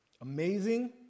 Amazing